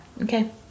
Okay